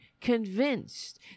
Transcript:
convinced